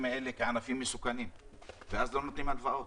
האלה כמסוכנים ואז לא נותנים הלוואות.